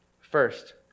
First